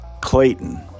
Clayton